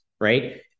right